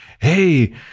hey